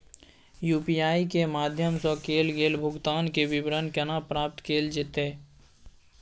UPI के माध्यम सं कैल गेल भुगतान, के विवरण केना प्राप्त कैल जेतै?